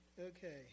Okay